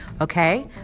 Okay